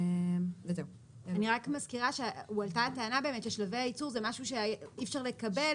אני מזכירה שהועלתה טענה ששלבי הייצור זה משהו שאי אפשר לקבל